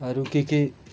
अरू के के